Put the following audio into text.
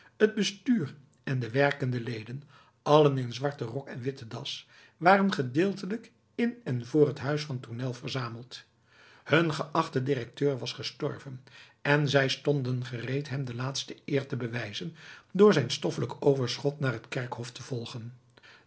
het bestuur en de werkende leden allen in zwarten rok en witten das waren gedeeltelijk in en voor het huis van tournel verzameld hun geachte directeur was gestorven en zij stonden gereed hem de laatste eer te bewijzen door zijn stoffelijk overschot naar het kerkhof te volgen